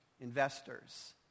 investors